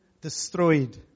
destroyed